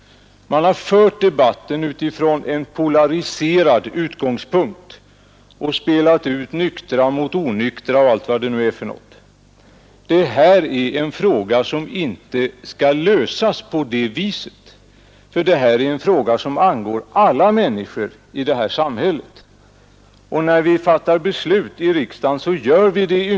Här har debatten nämligen förts utifrån en polariserad utgångspunkt, där man bl.a. har spelat ut nykterister mot icke-nykterister. Detta är en fråga som angår alla människor i vårt samhälle, och den skall inte lösas på det viset.